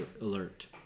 alert